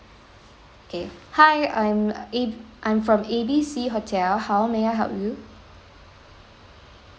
K hi I'm A I'm from A B C hotel how may I help you